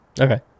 okay